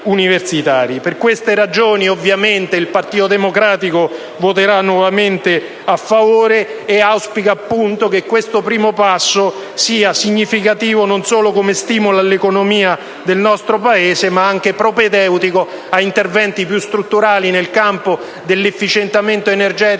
Per queste ragioni, ovviamente, il Gruppo del Partito Democratico voterà nuovamente a favore ed auspica - appunto - che questo primo passo sia significativo, non solo come stimolo all'economia del nostro Paese, ma anche propedeutico ad interventi più strutturali nel campo dell'efficientamento energetico